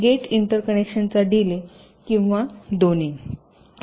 gate इंटरकनेक्शनचा delay किंवा दोन्ही